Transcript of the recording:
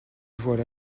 voilà